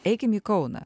eikim į kauną